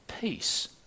peace